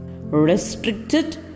restricted